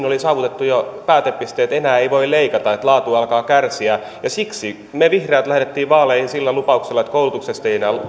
oli jo saavutettu päätepisteet enää ei voi leikata laatu alkaa kärsiä ja siksi me vihreät lähdimme vaaleihin sillä lupauksella että koulutuksesta ei enää